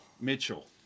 Mitchell